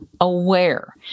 aware